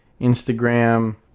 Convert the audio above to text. instagram